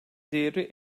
değeri